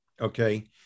okay